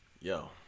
Yo